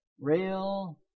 rail